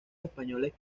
españoles